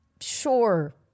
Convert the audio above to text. sure